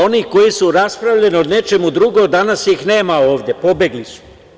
Oni koji su raspravljali o nečemu drugom danas ih nema ovde, pobegli su.